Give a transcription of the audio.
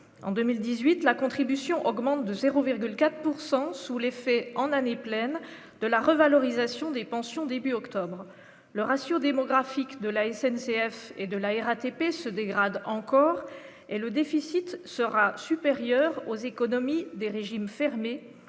en 2018 la contribution augmente de 0,4 pourcent sous l'effet en année pleine de la revalorisation des pensions, début octobre, le ratio démographique de la SNCF et de la RATP se dégrade encore, et le déficit sera supérieure aux économies des régimes fermé